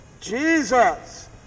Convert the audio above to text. Jesus